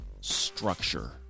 Structure